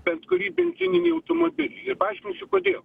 bet kurį benzininį automobilį ir paaiškinsiu kodėl